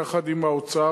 יחד עם האוצר,